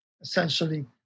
essentially